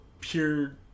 Pure